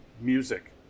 music